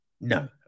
no